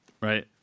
Right